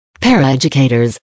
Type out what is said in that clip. paraeducators